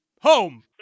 home